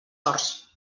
horts